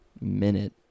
minute